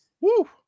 Woo